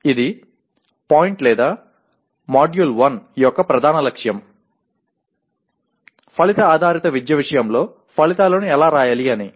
ఇది పాయింట్ లేదా మాడ్యూల్ 1 యొక్క ప్రధాన లక్ష్యం ఫలిత ఆధారిత విద్య విషయంలో ఫలితాలను ఎలా వ్రాయాలి అని